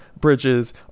bridges